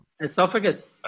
Esophagus